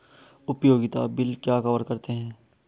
उपयोगिता बिल क्या कवर करते हैं?